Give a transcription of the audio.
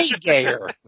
gayer